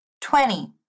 twenty